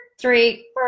three